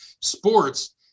sports